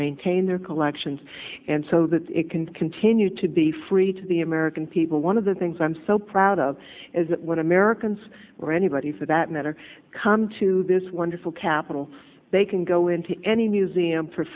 maintain their collections and so that it can continue to be free to the american people one of the things i'm so proud of is that what americans or anybody for that matter come to this wonderful capital they can go into any museum for